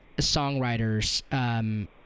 songwriters